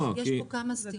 יש פה כמה זוויות.